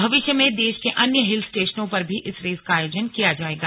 भविष्य में देश के अन्य हिल स्टेशनों पर भी इस रेस का आयोजन किया जाएगा